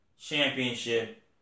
Championship